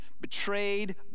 betrayed